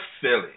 Philly